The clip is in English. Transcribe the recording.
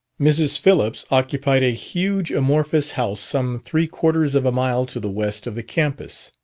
mrs. phillips occupied a huge, amorphous house some three-quarters of a mile to the west of the campus.